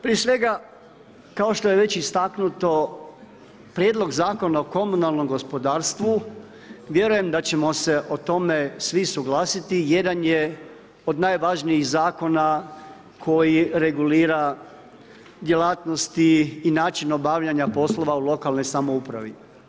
Prije svega kao što je već istaknuto Prijedlog zakona o komunalnom gospodarstvu vjerujem da ćemo se o tome svi suglasiti, jedan je od najvažnijih zakona koji regulira djelatnosti i način obavljanja poslova u lokalnoj samoupravi.